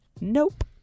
nope